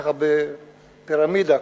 ככה בפירמידה,